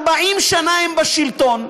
40 שנה הם בשלטון,